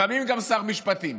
לפעמים גם שר משפטים.